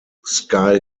sky